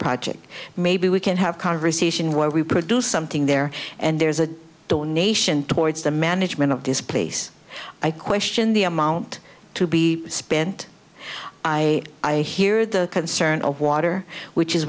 project maybe we can have conversation where we produce something there and there's a donation towards the management of this place i question the amount to be spent i i hear the concern of water which is